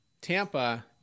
Tampa